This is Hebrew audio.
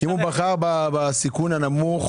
אם הוא בחר בסיכון נמוך